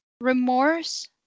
remorse